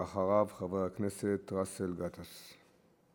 ואחריו, חבר הכנסת באסל גטאס,